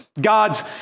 God's